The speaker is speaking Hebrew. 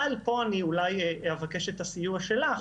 פה אני אבקש את הסיוע שלך,